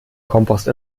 kompost